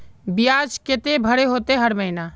बियाज केते भरे होते हर महीना?